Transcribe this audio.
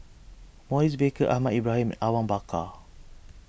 Maurice Baker Ahmad Ibrahim and Awang Bakar